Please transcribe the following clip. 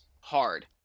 hard